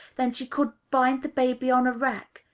than she could bind the baby on a rack.